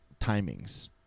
timings